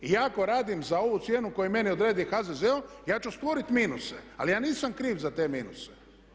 I ja ako radim za ovu cijenu koju meni odredi HZZO ja ću stvorit minuse, ali ja nisam kriv za te minuse.